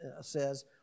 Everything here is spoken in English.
says